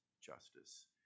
justice